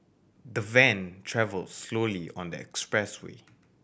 the van travelled slowly on the expressway